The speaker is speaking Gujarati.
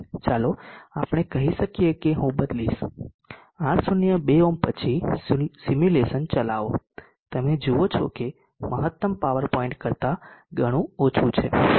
ચાલો આપણે કહી શકીએ કે હું બદલીશ R0 2 ઓહ્મ પછી સિમ્યુલેશન ચલાવો તમે જુઓ કે તે મહત્તમ પાવર પોઇન્ટ કરતા ઘણું ઓછું છે